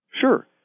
Sure